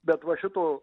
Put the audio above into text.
bet va šito